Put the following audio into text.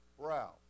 brow